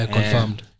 Confirmed